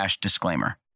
disclaimer